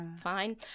fine